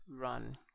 run